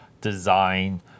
design